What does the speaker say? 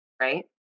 right